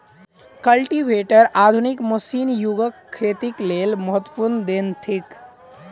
cultivator आधुनिक मशीनी युगक खेतीक लेल महत्वपूर्ण देन थिक